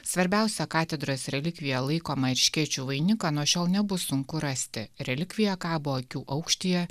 svarbiausia katedros relikvija laikoma erškėčių vainiką nuo šiol nebus sunku rasti relikvija kabo akių aukštyje